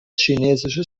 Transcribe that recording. chinesisches